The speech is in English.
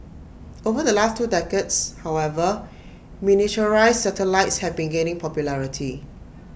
over the last two decades however miniaturised satellites have been gaining popularity